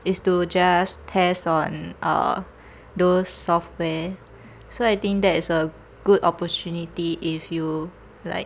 is to just test on uh those software so I think that is a good opportunity if you like